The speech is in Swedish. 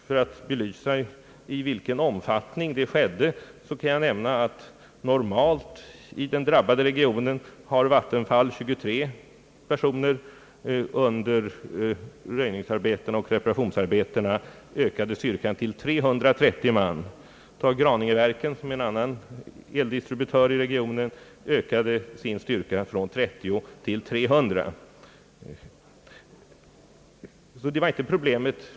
För att belysa i vilken omfattning det skedde kan jag nämna att Vattenfall normalt har 23 personer i den drabbade regionen, men under röjningsoch reparationsarbetena ökade styrkan till 330 man. Tar jag Graningeverken, som är en annan eldistributör i regionen, ökade de sin styrka från 30 till 300 man.